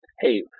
Hey